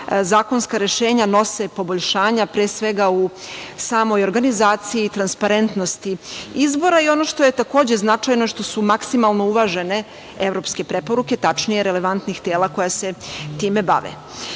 zakonska rešenja nose poboljšanja, pre svega, u samoj organizaciji i transparentnosti izbora, i ono što je takođe značajno, što su maksimalno uvažene evropske preporuke, tačnije relevantnih tela koja se time bave. Ja